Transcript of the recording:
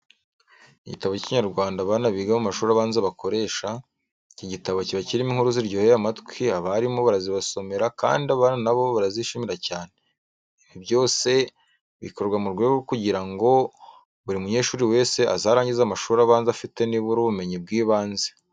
Igitabo cy'Ikinyarwanda abana biga mu mashuri abanza bakoresha. Iki gitabo kiba kirimo inkuru ziryoheye amatwi, abarimu barazibasomera kandi abana na bo barazishimira cyane. Ibi byose bikorwa mu rwego rwo kugira ngo buri munyeshuri wese azarangize amashuri abanza afite nibura ubumenyi bw'ibanze.